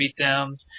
beatdowns